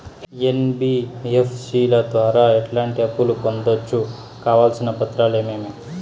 NBFC ల ద్వారా ఎట్లాంటి అప్పులు పొందొచ్చు? కావాల్సిన పత్రాలు ఏమేమి?